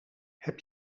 heb